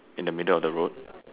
in the middle of the road